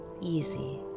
easy